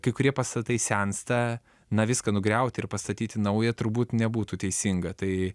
kai kurie pastatai sensta na viską nugriauti ir pastatyti naują turbūt nebūtų teisinga tai